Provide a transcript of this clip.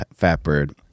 FatBird